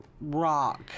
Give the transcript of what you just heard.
rock